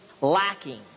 lacking